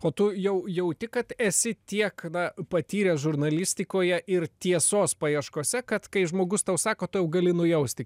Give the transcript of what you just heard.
o tu jau jauti kad esi tiek na patyręs žurnalistikoje ir tiesos paieškose kad kai žmogus tau sako tu jau gali nujausti